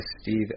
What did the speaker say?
Steve